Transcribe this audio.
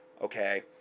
okay